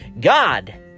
God